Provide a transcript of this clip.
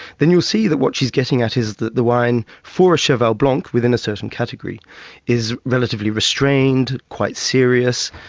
then you'll see that what she's getting at is that the wine, for a cheval blanc within a certain category is relatively restrained, quite serious,